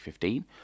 2015